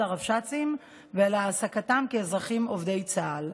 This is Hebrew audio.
הרבש"צים ועל העסקתם כאזרחים עובדי צה"ל.